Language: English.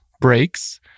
breaks